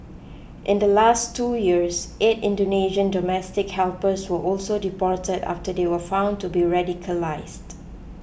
in the last two years eight Indonesian domestic helpers were also deported after they were found to be radicalised